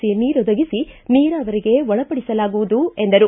C ನೀರೊದಗಿಸಿ ನೀರಾವರಿಗೆ ಒಳಪಡಿಸಲಾಗುವುದು ಎಂದರು